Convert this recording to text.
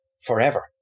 forever